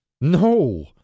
No